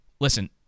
Listen